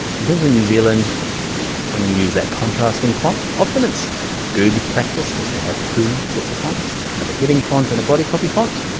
and here's a new zealand i'm gonna use that contrasting font. often, it's good practice just to have two sets of fonts, kind of a hitting font and a body copy font.